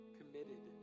committed